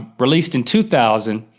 ah released in two thousand.